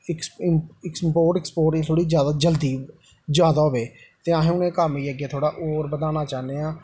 export import गी थोह्ड़ी जल्दी जादा होऐ ते असें हून कम्म गी अग्गें थोह्ड़ा होर बधाना चाह्न्ने आं